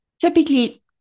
typically